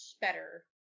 better